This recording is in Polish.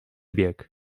bieg